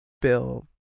bill